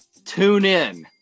TuneIn